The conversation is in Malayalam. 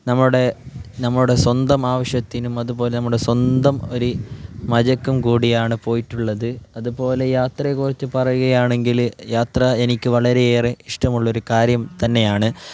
നമ്മുടെ നമ്മുടെ സ്വന്തം ആവശ്യത്തിനും അതു പോലെ നമ്മുടെ സ്വന്തം ഒരു മജക്കും കൂടിയാണ് പോയിട്ടുള്ളത് അതു പോലെ യാത്രയെ കുറിച്ച് പറയുകയാണെങ്കിൽ യാത്ര എനിക്ക് വളരെയേറെ ഇഷ്ടമുള്ളൊരു കാര്യം തന്നെയാണ്